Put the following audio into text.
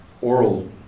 oral